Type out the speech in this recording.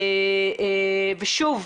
ושוב,